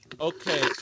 Okay